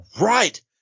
Right